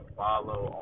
follow